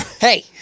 Hey